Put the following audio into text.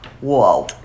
whoa